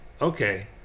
Okay